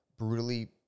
Brutally